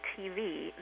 TV